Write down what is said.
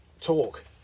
talk